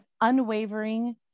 unwavering